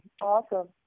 Awesome